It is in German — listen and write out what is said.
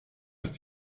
ist